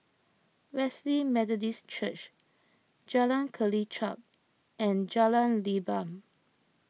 Wesley Methodist Church Jalan Kelichap and Jalan Leban